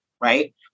right